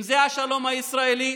אם זה השלום הישראלי,